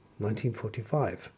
1945